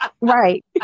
Right